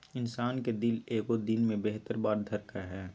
इंसान के दिल एगो दिन मे बहत्तर बार धरकय हइ